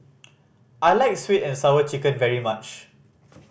I like Sweet And Sour Chicken very much